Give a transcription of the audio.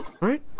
right